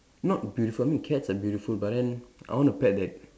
not beautiful I mean cats are beautiful but then I want a pet that